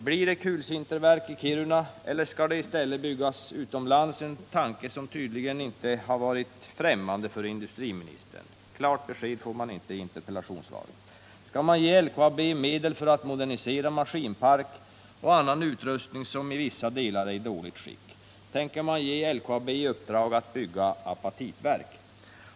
Blir det något kulsinterverk i Kiruna — eller skall vi i stället bygga det utomlands? En tanke som inte tycks vara främmande för industriministern. Något klart besked får man inte i interpellationssvaret. Skall man ge LKAB medel för att modernisera maskinpark och annan utrustning, som till vissa delar är i dåligt skick? Tänker man ge LKAB i uppdrag att bygga apatitverk?